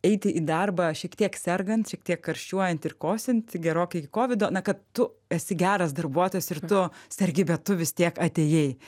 eiti į darbą šiek tiek sergant šiek tiek karščiuojant ir kosint gerokai iki kovido na kad tu esi geras darbuotojas ir tu sergi bet tu vis tiek atėjai